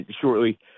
shortly